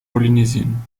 polynesien